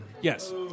Yes